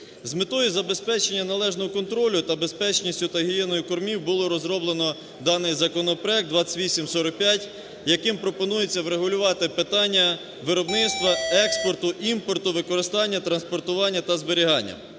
З метою забезпечення належного контролю за безпечністю та гігієною кормів було розроблено даний законопроект 2845, яким пропонується врегулювати питання виробництва, експорту, імпорту, використання, транспортування та зберігання.